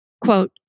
Quote